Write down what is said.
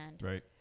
Right